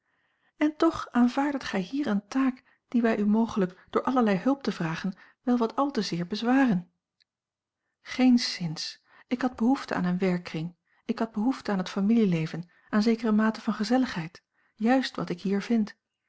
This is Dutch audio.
en toch aanvaarddet gij hier eene taak die wij u mogelijk door allerlei hulp te vragen wel wat al te zeer bezwaren geenszins ik had behoefte aan een werkkring ik had behoefte aan het familieleven aan zekere mate van gezelligheid juist wat ik hier vind